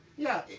yeah,